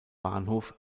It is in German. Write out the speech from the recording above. bahnhof